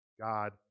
God